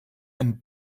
and